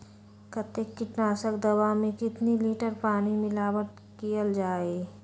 कतेक किटनाशक दवा मे कितनी लिटर पानी मिलावट किअल जाई?